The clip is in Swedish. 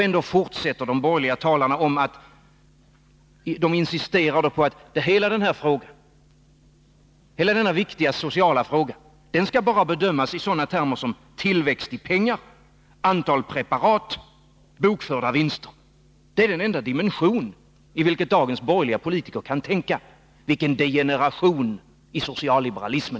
Ändå fortsätter de borgerliga talarna att insistera på att hela denna viktiga sociala fråga skall bedömas i sådana termer som tillväxt i pengar, antal preparat och bokförda vinster. Det är den enda dimension i vilken dagens borgerliga politiker kan tänka. Vilken degeneration inom socialliberalismen,